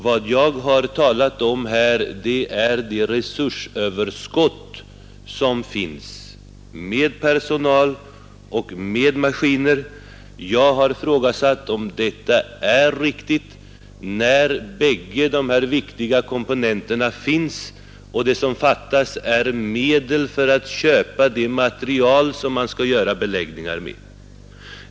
Vad jag här har talat om är det resursöverskott som finns beträffande personal och maskiner. Jag har ifrågasatt om detta är riktigt, när bägge dessa viktiga komponenter finns och det som fattas är medel för att köpa det material som man skall göra beläggningar av.